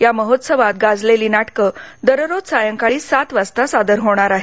या महोत्सवात गाजलेली नाटकं दररोज सांयकाळी सात वाजता सादर होणार आहेत